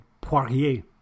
Poirier